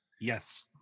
Yes